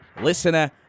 Listener